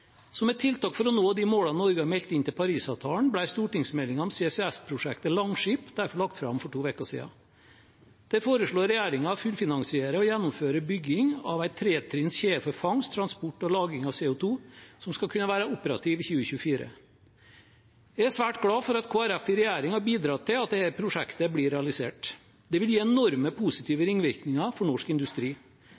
Som et tiltak for å nå de målene Norge har meldt inn i Parisavtalen, ble stortingsmeldingen om CCS-prosjektet, Langskip, lagt fram for to uker siden. Der foreslår regjeringen å fullfinansiere og gjennomføre bygging av en tretrinns kjede for fangst, transport og lagring av CO 2 , som skal kunne være operativ i 2024. Jeg er svært glad for at Kristelig Folkeparti i regjering har bidratt til at dette prosjektet blir realisert. Det vil gi enorme positive